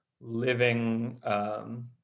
living